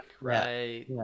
Right